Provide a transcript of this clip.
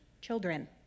children